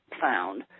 found